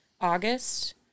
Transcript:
August